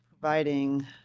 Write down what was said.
providing